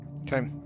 Okay